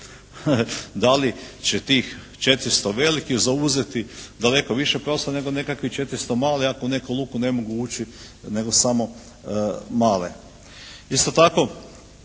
da li će tih 400 velikih zauzeti daleko više prostora nego nekakvih 400 malih ako u neku luku ne mogu ući, nego samo male. Isto tako